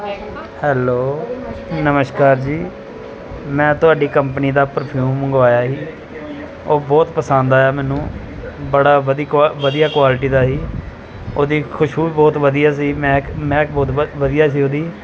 hello ਨਮਸਕਾਰ ਜੀ ਮੈਂ ਤੁਹਾਡੀ ਕੰਪਨੀ ਦਾ ਪਰਫਿਊਮ ਮੰਗਵਾਇਆ ਸੀ ਉਹ ਬਹੁਤ ਪਸੰਦ ਆਇਆ ਮੈਨੂੰ ਬੜਾ ਵਧੀ ਕੁਆ ਵਧੀਆ ਕੁਆਲਿਟੀ ਦਾ ਸੀ ਉਹਦੀ ਖੁਸ਼ਬੂ ਵੀ ਬਹੁਤ ਵਧੀਆ ਸੀ ਮਹਿਕ ਮਹਿਕ ਬਹੁਤ ਵਧ ਵਧੀਆ ਸੀ ਉਹਦੀ